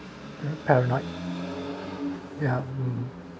paranoid ya uh